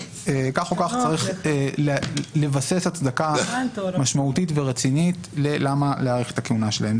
צריך לבסס הצדקה משמעותית ורצינית למה להאריך את הכהונה שלהם.